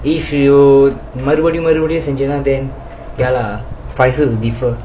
if you மருபடி மருபடி செஞ்சேன்ன:marubadi marubadi senjaenna then ya lah price will differ